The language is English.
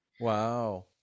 Wow